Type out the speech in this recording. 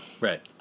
Right